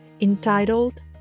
entitled